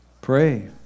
Pray